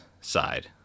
side